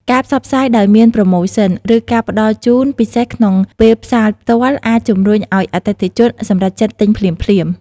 ការផ្សព្វផ្សាយដោយមានប្រូម៉ូសិន ឬការផ្តល់ជូនពិសេសក្នុងពេលផ្សាយផ្ទាល់ អាចជំរុញឲ្យអតិថិជនសម្រេចចិត្តទិញភ្លាមៗ។